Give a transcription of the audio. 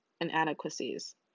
inadequacies